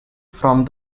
from